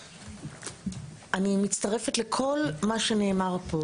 אני מצטרפת לכל מה שנאמר פה.